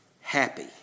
happy